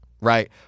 Right